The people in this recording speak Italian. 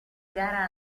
gara